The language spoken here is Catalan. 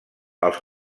els